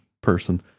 person